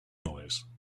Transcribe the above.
noise